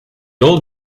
old